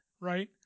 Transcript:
right